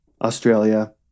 Australia